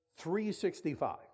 365